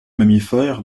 mammifère